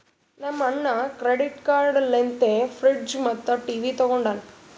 ನಮ್ ಅಣ್ಣಾ credit card ಲಿಂತೆ ಫ್ರಿಡ್ಜ್ ಮತ್ತ ಟಿವಿ ತೊಂಡಾನ